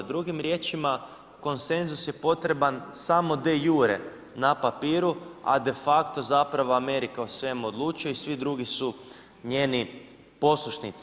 Drugim riječima, konsenzus je potreban samo de jure na papiru, a de facto zapravo Amerika o svemu odlučuje i svi drugi su njeni poslušnici.